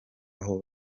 aho